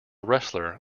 wrestler